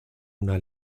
una